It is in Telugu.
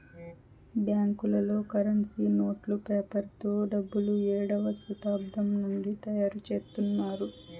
బ్యాంకులలో కరెన్సీ నోట్లు పేపర్ తో డబ్బులు ఏడవ శతాబ్దం నుండి తయారుచేత్తున్నారు